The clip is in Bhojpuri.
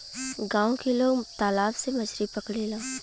गांव के लोग तालाब से मछरी पकड़ेला